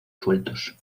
sueltos